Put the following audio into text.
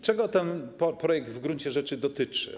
Czego ten projekt w gruncie rzeczy dotyczy?